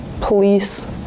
police